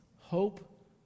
hope